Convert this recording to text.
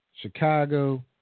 Chicago